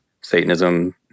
Satanism